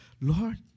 Lord